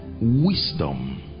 wisdom